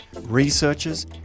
researchers